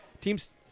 Teams